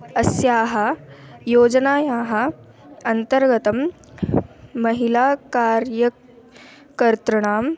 अस्याः योजनायाः अन्तर्गतं महिलाकार्यकर्तॄणां